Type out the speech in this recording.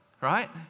right